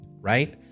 right